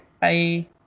Bye